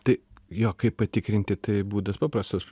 tai jo kaip patikrinti tai būdas paprastas